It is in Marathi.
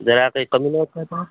जरा काही कमी नाही होत का पाहा